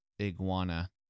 iguana